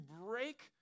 break